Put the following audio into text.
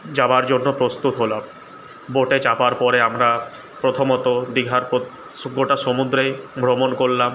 যাবার জন্য প্রস্তুত হলাম বোটে চাপার পরে আমরা প্রথমত দীঘার গোটা সমুদ্রে ভ্রমণ করলাম